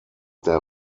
der